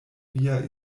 via